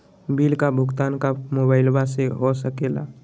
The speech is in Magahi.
बिल का भुगतान का मोबाइलवा से हो सके ला?